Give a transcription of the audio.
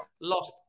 lost